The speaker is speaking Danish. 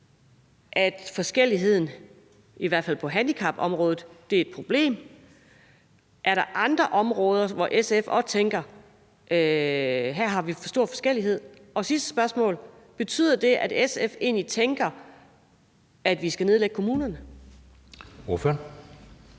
at forskelligheden, i hvert fald på handicapområdet, er et problem? Er der andre områder, hvor SF også tænker at vi har for stor forskellighed? Og mit sidste spørgsmål er: Betyder det, at SF egentlig tænker, at vi skal nedlægge kommunerne?